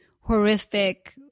horrific